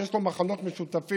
שיש לו מכנה משותף,